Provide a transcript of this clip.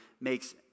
makes